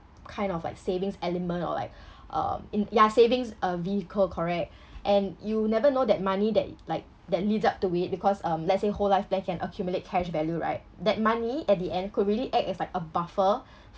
kind of like savings element or like uh in ya savings uh vehicle correct and you'll never know that money that like that leads up to it because um let's say whole life plan can accumulate cash value right that money at the end could really act as like a buffer